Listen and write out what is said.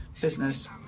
business